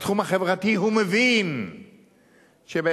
בתחום החברתי הוא מבין שבעצם,